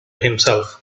himself